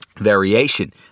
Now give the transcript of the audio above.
variation